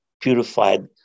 purified